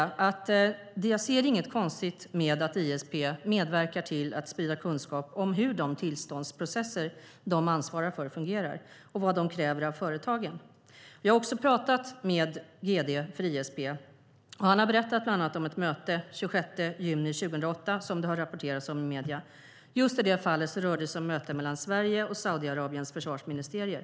Jag ser inget konstigt med att ISP medverkar till att sprida kunskap om hur de tillståndsprocesser de ansvarar för fungerar och vad de kräver av företagen. Jag har talat med gd för ISP. Han har berättat om mötet den 26 juni 2008 som det har rapporterats om i medierna. I det fallet rörde det sig om ett möte mellan Sveriges och Saudiarabiens försvarsministerier.